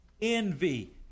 envy